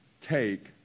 take